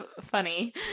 funny